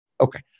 Okay